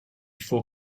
faut